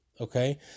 Okay